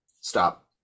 Stop